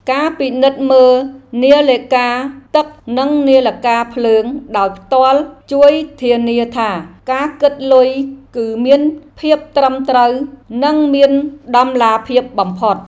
ការពិនិត្យមើលនាឡិកាទឹកនិងនាឡិកាភ្លើងដោយផ្ទាល់ជួយធានាថា ការគិតលុយគឺមានភាពត្រឹមត្រូវនិងមានតម្លាភាពបំផុត។